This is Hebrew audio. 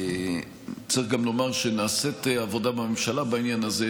צריך גם לומר שנעשית עבודה בממשלה בעניין הזה.